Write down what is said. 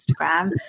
Instagram